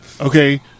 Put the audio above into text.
Okay